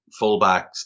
fullbacks